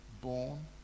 born